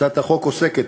הצעת החוק עוסקת